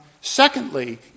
Secondly